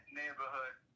neighborhood